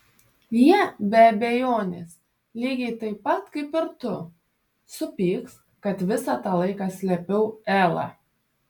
jie be abejonės lygiai taip pat kaip ir tu supyks kad visą tą laiką slėpiau elą